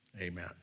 Amen